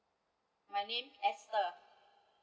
my name ester